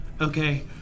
Okay